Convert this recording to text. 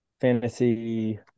fantasy